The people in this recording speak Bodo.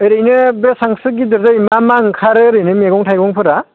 ओरैनो बेसेबांसो गिदिर जायो मा मा ओंखारो ओरैनो मैगं थाइगंफोरा